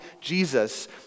Jesus